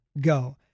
go